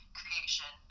creation